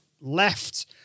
left